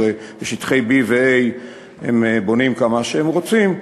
הרי בשטחי B ו-A הם בונים כמה שהם רוצים,